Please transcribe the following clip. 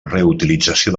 reutilització